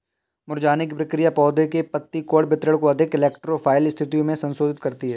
मुरझाने की प्रक्रिया पौधे के पत्ती कोण वितरण को अधिक इलेक्ट्रो फाइल स्थितियो में संशोधित करती है